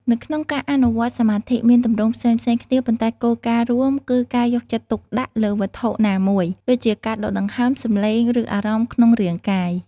នៅក្នុងការអនុវត្តន៍សមាធិ មានទម្រង់ផ្សេងៗគ្នា ប៉ុន្តែគោលការណ៍រួមគឺការយកចិត្តទុកដាក់លើវត្ថុណាមួយ ដូចជាការដកដង្ហើម សំឡេង ឬអារម្មណ៍ក្នុងរាងកាយ។